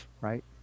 right